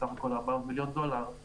בסך הכול 400 מיליון דולר,